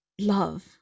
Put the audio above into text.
love